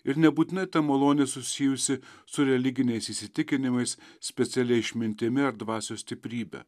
ir nebūtinai ta malonė susijusi su religiniais įsitikinimais specialia išmintimi ar dvasios stiprybe